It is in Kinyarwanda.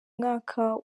mwaka